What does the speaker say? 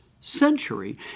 century